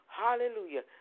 hallelujah